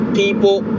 people